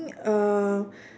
uh